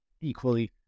equally